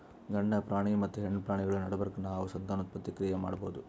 ಗಂಡ ಪ್ರಾಣಿ ಮತ್ತ್ ಹೆಣ್ಣ್ ಪ್ರಾಣಿಗಳ್ ನಡಬರ್ಕ್ ನಾವ್ ಸಂತಾನೋತ್ಪತ್ತಿ ಕ್ರಿಯೆ ಮಾಡಬಹುದ್